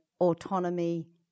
autonomy